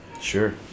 Sure